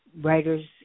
writers